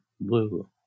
blue